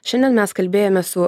šiandien mes kalbėjome su